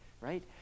right